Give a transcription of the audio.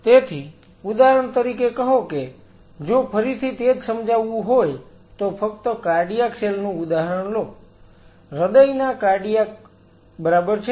તેથી ઉદાહરણ તરીકે કહો કે જો ફરીથી તે જ સમજાવવું હોય તો ફક્ત કાર્ડિયાક સેલ નું ઉદાહરણ લો હૃદય ના કાર્ડિયાક બરાબર છે